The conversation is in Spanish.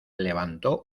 levantó